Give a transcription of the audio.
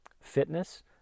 fitness